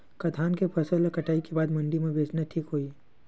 का धान के फसल ल कटाई के बाद मंडी म बेचना ठीक होही?